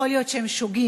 יכול להיות שהם שוגים.